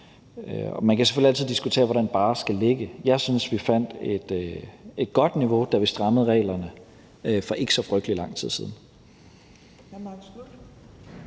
Man kan selvfølgelig altid diskutere, hvor den barre skal ligge. Jeg synes, vi fandt et godt niveau, da vi strammede reglerne for ikke så frygtelig lang tid siden.